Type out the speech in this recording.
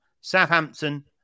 Southampton